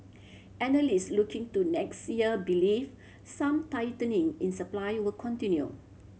analyst looking to next year believe some tightening in supply will continue